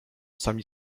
sami